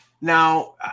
Now